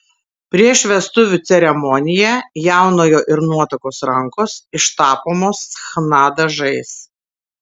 prieš vestuvių ceremoniją jaunojo ir nuotakos rankos ištapomos chna dažais